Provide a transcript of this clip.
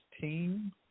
team